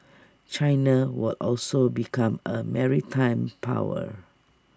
China will also become A maritime power